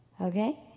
Okay